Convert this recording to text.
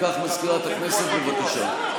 אם כך, מזכירת הכנסת, בבקשה.